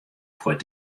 fuort